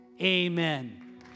amen